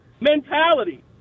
mentality